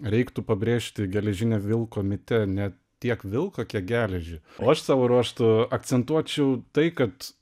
reiktų pabrėžti geležinio vilko mite ne tiek vilko kiek geležį o aš savo ruožtu akcentuočiau tai kad